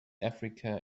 africa